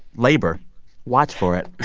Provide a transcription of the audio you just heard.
labor watch for it.